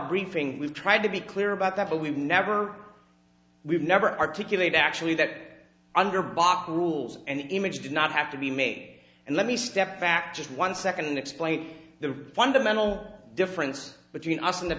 briefing we've tried to be clear about that but we've never we've never articulate actually that under bok rules and image did not have to be made and let me step back just one second and explain the fundamental difference between us and the